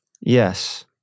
Yes